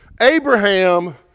Abraham